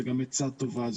זה גם עצה טובה,